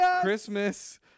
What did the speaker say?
Christmas